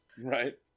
Right